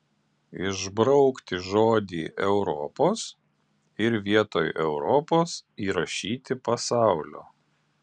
išbraukti žodį europos ir vietoj europos įrašyti pasaulio